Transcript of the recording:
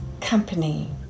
Company